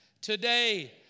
Today